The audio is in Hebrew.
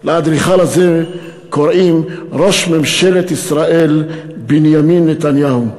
לאדריכל הזה קוראים ראש ממשלת ישראל בנימין נתניהו.